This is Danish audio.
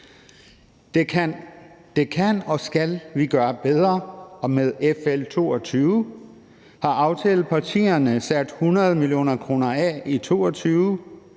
Det kan og skal vi gøre bedre, og med finansloven for 2022 har aftalepartierne sat 100 mio. kr. af i 2022,